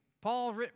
Paul